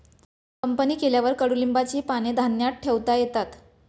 company केल्यावर कडुलिंबाची पाने धान्यात ठेवता येतात